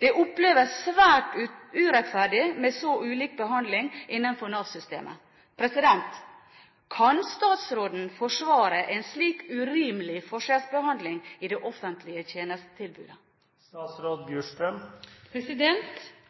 Det oppleves svært urettferdig med så ulik behandling innenfor Nav-systemet. Kan statsråden forsvare en slik urimelig forskjellsbehandling i det offentlige